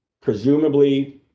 presumably